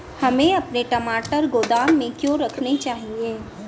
हमें अपने टमाटर गोदाम में क्यों रखने चाहिए?